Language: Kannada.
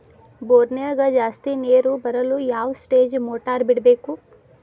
ಬೋರಿನ್ಯಾಗ ಜಾಸ್ತಿ ನೇರು ಬರಲು ಯಾವ ಸ್ಟೇಜ್ ಮೋಟಾರ್ ಬಿಡಬೇಕು?